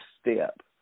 step